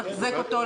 לתחזק אותו,